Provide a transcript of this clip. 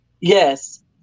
yes